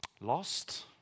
lost